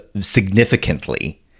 significantly